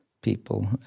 people